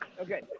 Okay